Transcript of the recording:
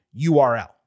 URL